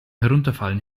herunterfallen